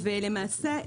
למעשה,